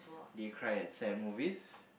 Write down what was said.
did you cry at sad movies